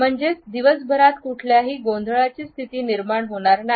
म्हणजेच दिवसभरात कुठलाही गोंधळाची स्थिती निर्माण होणार नाही